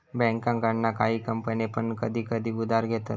बँकेकडना काही कंपने पण कधी कधी उधार घेतत